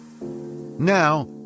Now